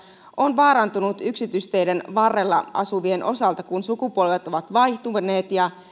on vaarantunut yksityisteiden varrella asuvien osalta kun sukupolvet ovat vaihtuneet